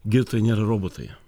gydytojai nėra robotai